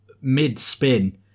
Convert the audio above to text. mid-spin